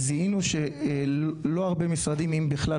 אנחנו זיהינו שלא הרבה משרדים אם בכלל,